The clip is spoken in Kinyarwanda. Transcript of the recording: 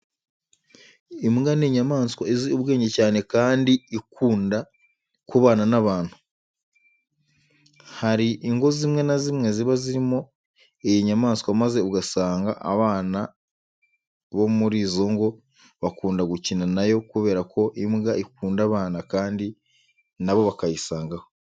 Imbwa ni inyamaswa izi ubwenge cyane kandi ikunda kubana n'abantu. Hari ingo zimwe na zimwe ziba zirimo iyi nyamaswa maze ugasanga abana bo muri izo ngo bakunda gukina na yo kubera ko imbwa ikunda abana kandi na bo bakayisangaho.